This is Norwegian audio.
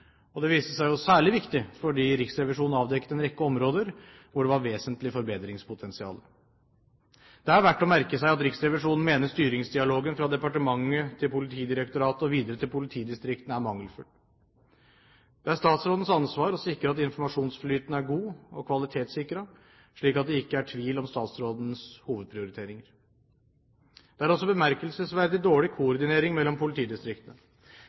kriminalitet. Det viste seg jo særlig viktig fordi Riksrevisjonen avdekket en rekke områder hvor det var vesentlig forbedringspotensiale. Det er verdt å merke seg at Riksrevisjonen mener styringsdialogen fra departementet til Politidirektoratet og videre til politidistriktene er mangelfull. Det er statsrådens ansvar å sikre at informasjonsflyten er god og kvalitetssikret, slik at det ikke er tvil om statsrådens hovedprioriteringer. Det er også bemerkelsesverdig dårlig koordinering mellom politidistriktene.